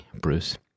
Bruce